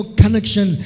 connection